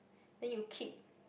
then you kick